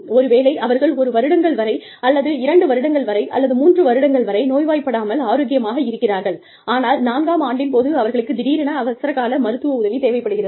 ஒருவேளை அவர்கள் ஒரு வருடங்கள் வரை அல்லது இரண்டு வருடங்கள் வரை அல்லது மூன்று வருடங்கள் வரை நோய்வாய்ப்படாமல் ஆரோக்கியமாக இருக்கிறார்கள் ஆனால் நான்காம் ஆண்டின் போது அவர்களுக்கு திடீரென அவசரக்கால மருத்துவ உதவி தேவைப்படுகிறது